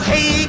Hey